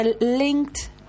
linked